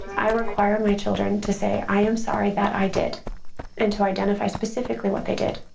i require my children to say i am sorry that i did and to identify specifically what they did.